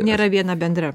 nėra viena bendra